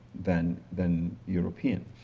than than european.